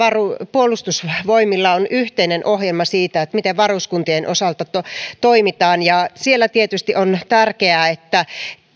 puolustusvoimilla on yhteinen ohjelma siitä miten varuskuntien osalta toimitaan siellä tietysti on tärkeää että